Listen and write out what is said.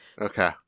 Okay